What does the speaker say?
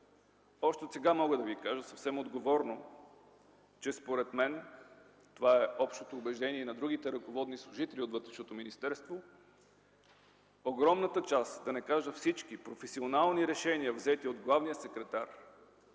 Още отсега мога да ви кажа съвсем отговорно, че според мен – това е общото убеждение и на другите ръководни служители от Вътрешното министерство, огромната част, да не кажа всички професионални решения, взети от главния секретар